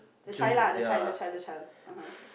the child lah the child the child the child ha ha